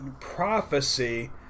prophecy